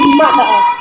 mother